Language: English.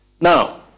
Now